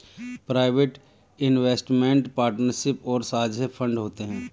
private investment partnership और साझे fund होते हैं